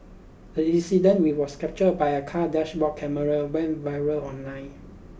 the incident which was captured by a car's dashboard camera went viral online